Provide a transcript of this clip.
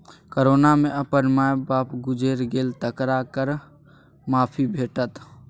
corona मे अपन माय बाप गुजैर गेल तकरा कर माफी भेटत